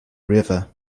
river